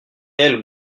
quelles